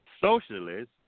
socialist